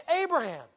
Abraham